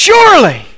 Surely